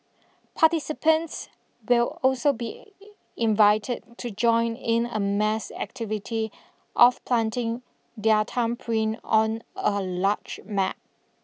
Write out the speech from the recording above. participants will also be invited to join in a mass activity of planting their thumbprint on a large map